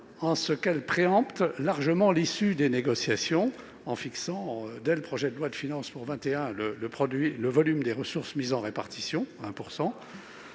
mesure où elle préempte largement l'issue des négociations en fixant, dès le projet de loi de finances pour 2021, le volume des ressources mises en répartition- 1